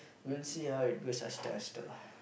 we'll see how it goes